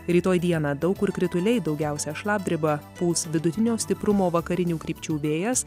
rytoj dieną daug kur krituliai daugiausia šlapdriba pūs vidutinio stiprumo vakarinių krypčių vėjas